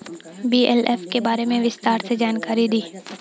BLF के बारे में विस्तार से जानकारी दी?